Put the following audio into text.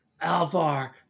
Alvar